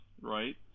right